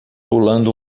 pulando